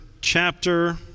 chapter